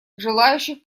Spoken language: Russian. желающих